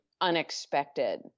unexpected